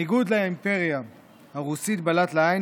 הניגוד לאימפריה הרוסית בלט לעין,